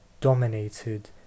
dominated